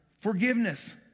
forgiveness